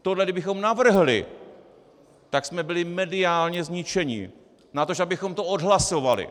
Tohle kdybychom navrhli, tak jsme byli mediálně zničeni, natož abychom to odhlasovali!